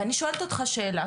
ואני שואלת אותך שאלה.